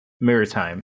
Maritime